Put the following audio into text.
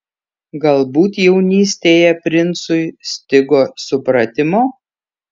galbūt jaunystėje princui stigo supratimo